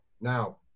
now